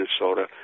Minnesota